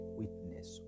witness